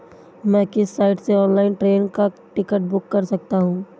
मैं किस साइट से ऑनलाइन ट्रेन का टिकट बुक कर सकता हूँ?